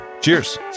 Cheers